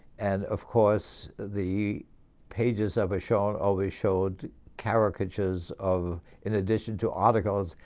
and of course the pages of a show always showed caricatures of, in addition to articles,